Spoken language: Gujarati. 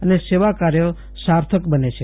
અને સેવાકાર્ય સાર્થક બને છે